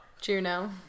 juno